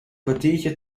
kwartiertje